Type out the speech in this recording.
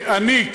אני,